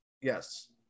Yes